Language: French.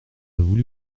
voulu